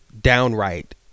downright